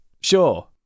Sure